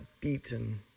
beaten